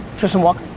tristan walker?